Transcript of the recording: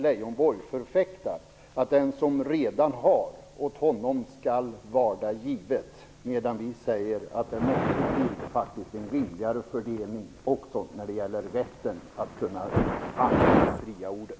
Leijonborg förfäktar att det åt den som redan har skall varda givet, medan vi säger att det måste till en rimligare fördelning också när det gäller rätten att använda det fria ordet.